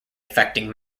affecting